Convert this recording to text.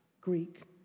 Greek